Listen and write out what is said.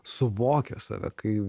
suvokia save kaip